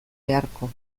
beharko